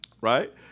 Right